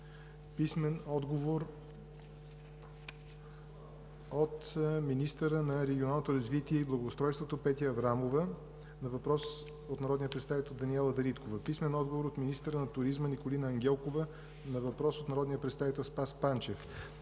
Кристина Таскова; - министъра на регионалното развитие и благоустройството Петя Аврамова на въпрос от народния представител Даниела Дариткова; - министъра на туризма Николина Ангелкова на въпрос от народния представител Спас Панчев;